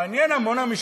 מעניין: עמונה.